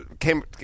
Came